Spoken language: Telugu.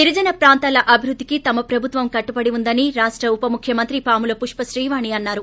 గిరిజన ప్రాంతాల అభివృద్దికి తమ ప్రభుత్వం కట్టుబడి ఉందని ఉప ముఖ్యమంత్రి పాముల పుష్పత్రీ వాణి ిఅన్నారు